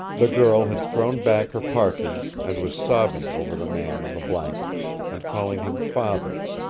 the girl had thrown back her parkee, and was sobbing over the man on the blankets, and calling him father.